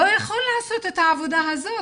לא יכול לעשות את העבודה הזאת.